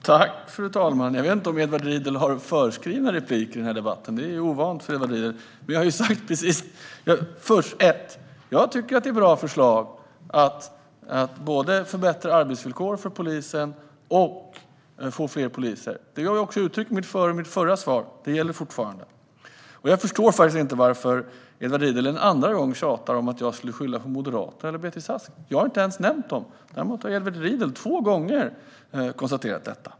Fru ålderspresident! Jag vet inte om Edward Riedl har förskrivna inlägg i den här debatten. Det är i så fall ovanligt för Edward Riedl. För det första tycker jag att det är bra förslag, både att förbättra arbetsvillkoren för polisen och att få fler poliser. Det har jag uttryckt i mitt förra svar, och det gäller fortfarande. För det andra förstår jag faktiskt inte varför Edward Riedl en andra gång tjatar om att jag skulle skylla på Moderaterna eller Beatrice Ask. Jag har inte ens nämnt dem. Däremot har Edward Riedl två gånger konstaterat detta.